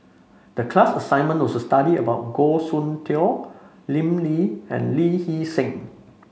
the class assignment was to study about Goh Soon Tioe Lim Lee and Lee Hee Seng